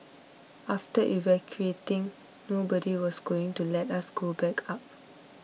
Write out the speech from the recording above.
after evacuating nobody was going to let us go back up